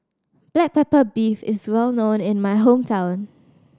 black pepper beef is well known in my hometown